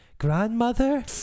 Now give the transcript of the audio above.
grandmother